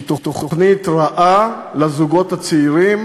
שהיא תוכנית רעה לזוגות הצעירים